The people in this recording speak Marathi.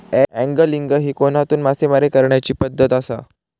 अँगलिंग ही कोनातून मासेमारी करण्याची पद्धत आसा